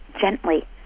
gently